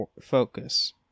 focus